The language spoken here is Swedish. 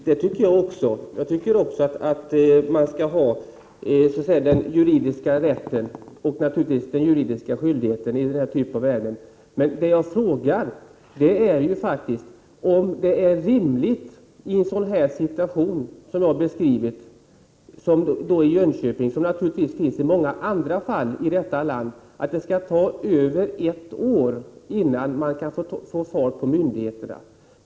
Fru talman! Jag tycker också att man skall kunna utnyttja den juridiska rätten och naturligtvis också uppfylla den juridiska skyldigheten i den här typen av ärenden. Men vad jag frågar är faktiskt om det är rimligt i en sådan situation i Jönköping som jag beskrivit — det finns naturligtvis flera liknande fall — att det skall ta över ett år innan man kan få fart på myndigheterna.